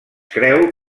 creu